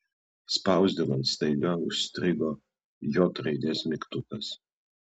spausdinant staiga užstrigo j raidės mygtukas